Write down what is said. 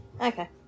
Okay